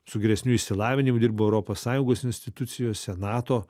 su geresniu išsilavinimu dirba europos sąjungos institucijose nato